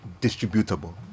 distributable